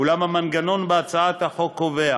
אולם המנגנון בהצעת החוק קובע